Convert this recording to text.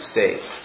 States